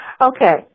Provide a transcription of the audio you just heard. okay